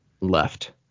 left